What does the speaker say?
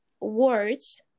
words